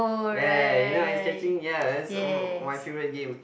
ya ya ya you know ice catching ya is my my favourite game